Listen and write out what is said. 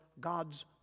God's